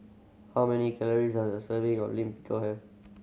how many calories does a serving of Lime Pickle have